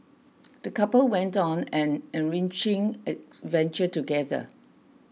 the couple went on an enriching adventure together